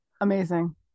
Amazing